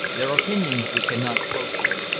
their opinion we cannot quote here,